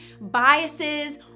biases